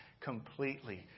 completely